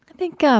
think um